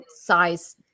size